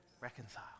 Reconcile